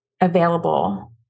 available